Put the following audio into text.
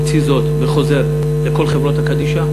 הוציא זאת בחוזר לכל חברות הקדישא.